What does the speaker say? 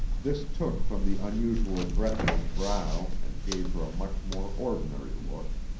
this took from the unusual breadth of brow and gave her a much more ordinary look.